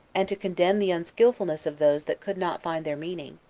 and to condemn the unskilfulness of those that could not find their meaning,